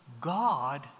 God